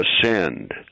ascend